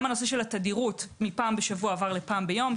גם הנושא של התדירות מפעם בשבוע עבר לפעם ביום,